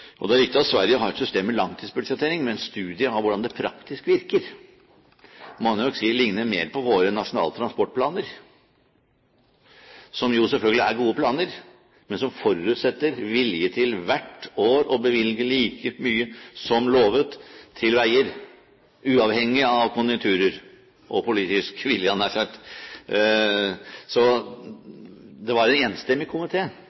Det er riktig at Sverige har et system med langtidsbudsjettering, men hvordan det praktisk virker, må jeg nok si ligner mer på våre nasjonale transportplaner, som selvfølgelig er gode planer, men som forutsetter vilje til hvert år å bevilge like mye som lovet til veier, uavhengig av konjunkturer og politisk